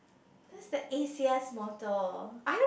that's the A_C_S motto